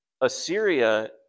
Assyria